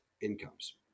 incomes